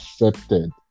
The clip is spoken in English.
accepted